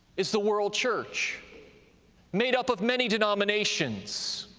is the world church made up of many denominations